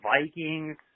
Vikings